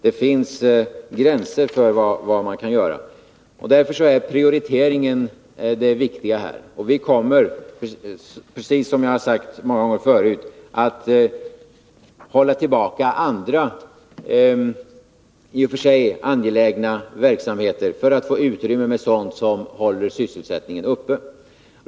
Det finns gränser för vad man kan göra, och därför är prioriteringen viktig här. Vi kommer, precis som jag har sagt många gånger förut, att hålla tillbaka andra — i och för sig angelägna — verksamheter för att få utrymme för sådana som håller sysselsättningen uppe.